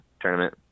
tournament